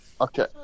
Okay